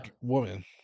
woman